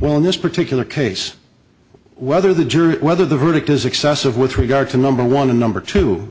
well in this particular case whether the jury whether the verdict is excessive with regard to number one and number two